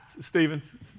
Stephen